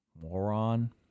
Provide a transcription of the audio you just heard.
moron